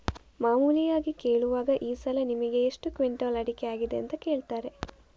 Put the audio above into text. ಮಾಮೂಲಿಯಾಗಿ ಕೇಳುವಾಗ ಈ ಸಲ ನಿಮಿಗೆ ಎಷ್ಟು ಕ್ವಿಂಟಾಲ್ ಅಡಿಕೆ ಆಗಿದೆ ಅಂತ ಕೇಳ್ತಾರೆ